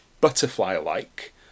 butterfly-like